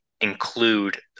include